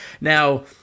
Now